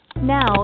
Now